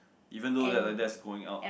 even though that like that's going out